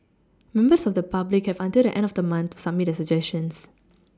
members of the public have until the end of the month to submit their suggestions